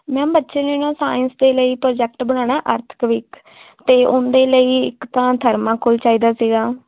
ma'am ਬੱਚੇ ਨੇ ਨਾ ਸਾਇੰਸ ਦੇ ਲਈ ਪ੍ਰੋਜੈਕਟ ਬਣਾਉਣਾ ਅਰਥਕਵਿਕ ਅਤੇ ਉਹਦੇ ਲਈ ਇੱਕ ਤਾਂ ਥਰਮਾਕੋਲ ਚਾਹੀਦਾ ਸੀਗਾ